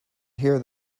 hear